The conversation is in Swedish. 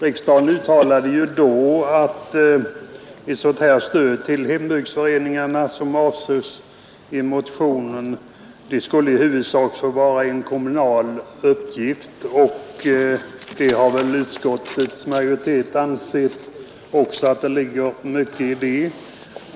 Riksdagen uttalade ju i fjol att ett sådant stöd till hembygdsföreningarna som avses i motionen skulle i huvudsak anses vara en kommunal uppgift. Utskottets majoritet har väl också i år ansett att det ligger mycket i det.